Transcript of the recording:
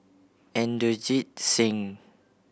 Inderjit Singh